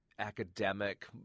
Academic